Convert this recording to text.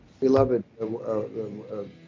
Beloved